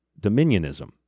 dominionism